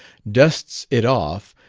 dusts it off,